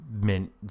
mint